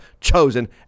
chosen